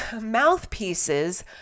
mouthpieces